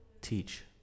teach